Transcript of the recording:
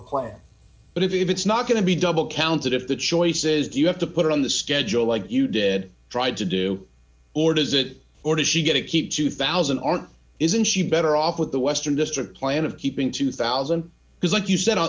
plan but if it's not going to be double counted if the choice is do you have to put her on the schedule like you did tried to do or does it or is she going to keep two thousand and isn't she better off with the western district plan of keeping two thousand because like you said on